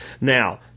Now